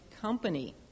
company